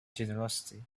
generosity